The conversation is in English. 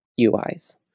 UIs